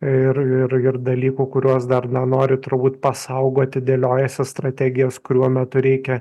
ir ir ir dalykų kuriuos dar na nori turbūt pasaugoti dėliojasi strategijas kuriuo metu reikia